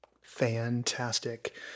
Fantastic